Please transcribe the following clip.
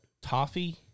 toffee